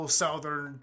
southern